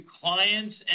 clients